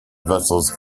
vessels